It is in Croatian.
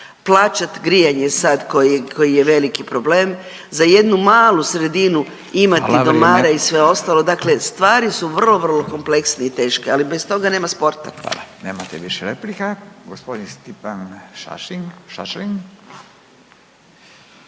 plaćat grijanje sad koji je veliki problem, za jednu malu sredinu imati domara i sve ostalo …/Upadica: Hvala, vrijeme./… dakle stvari su vrlo, vrlo kompleksne i teške, ali bez toga nema sporta. **Radin, Furio (Nezavisni)** Hvala, nemate više replika. Gospodin Stipan Šašlin.